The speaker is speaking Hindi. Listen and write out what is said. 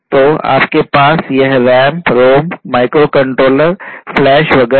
तो आपके पास यह RAM ROM माइक्रोकंट्रोलर फ्लैश वगैरह है